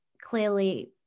clearly